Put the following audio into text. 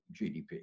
GDP